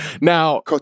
Now